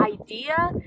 idea